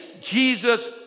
Jesus